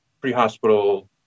pre-hospital